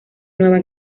nueva